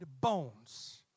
bones